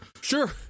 Sure